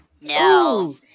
no